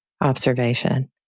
observation